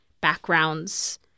backgrounds